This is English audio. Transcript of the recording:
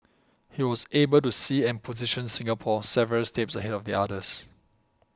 he was able to see and position Singapore several steps ahead of the others